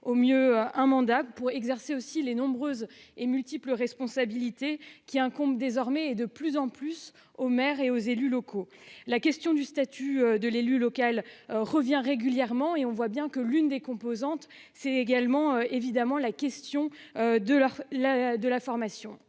au mieux un mandat pour exercer aussi les nombreuses et multiples responsabilité qui incombe désormais est de plus en plus aux maires et aux élus locaux. La question du statut de l'élu local revient régulièrement et on voit bien que l'une des composantes c'est également évidemment la question de la, de la formation,